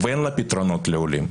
ואין לה פתרונות לעולים.